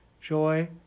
joy